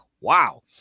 Wow